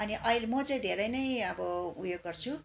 अनि अहिले म चाहिँ धेरै नै अब उयो गर्छु